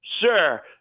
sir